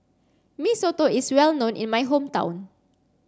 Mee Soto is well known in my hometown